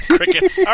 Crickets